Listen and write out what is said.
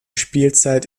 spielzeit